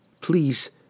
Please